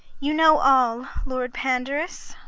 you know all, lord pandarus.